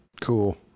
Cool